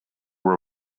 were